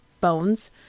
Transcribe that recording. bones